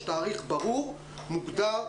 יש תאריך ברור ומוגדר.